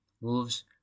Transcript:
Wolves